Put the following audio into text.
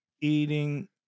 eating